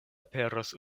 aperos